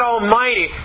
Almighty